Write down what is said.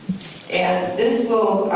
and this will,